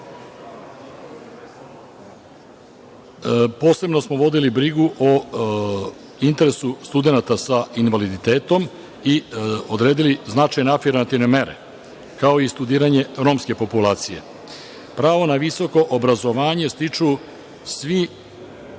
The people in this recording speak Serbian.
granica. Posebno smo vodili brigu o interesu studenata sa invaliditetom i odredili značajne afirmativne mere, kao i studiranje romske populacije. Pravo na visoko obrazovanje stiču svi